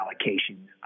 allocation